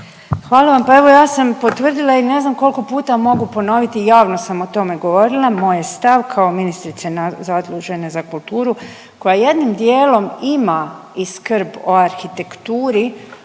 Hvala vam. Pa evo ja sam potvrdila i ne znam koliko puta mogu ponoviti javno sam o tome govorila, moj je stav kao ministrice zaslužene za kulturu koja jednim dijelom ima i skrb o arhitekturi